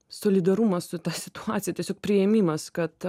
solidarumas su ta situacija tiesiog priėmimas kad